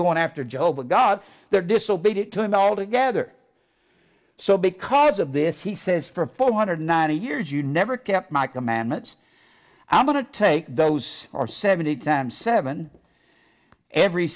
going after joe but god they're disobedient to him altogether so because of this he says for four hundred ninety years you never kept my commandments i'm going to take those are seventy times seven every